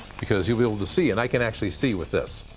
because you'll be able to see and i can actually see with this.